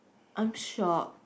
I'm shocked